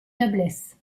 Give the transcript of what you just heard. noblesse